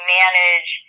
manage